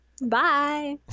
Bye